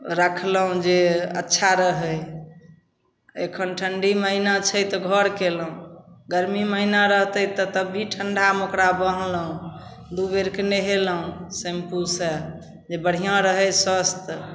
राखलहुँ जे अच्छा रहै एखन ठण्डी महिना छै तऽ घर कएलहुँ गरमी महिना रहतै तऽ तब भी ठण्डामे ओकरा बन्हलहुँ दुइ बेरके नहेलहुँ शैम्पूसँ जे बढ़िआँ रहै स्वस्थ